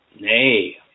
Nay